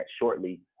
shortly